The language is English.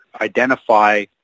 identify